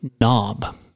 knob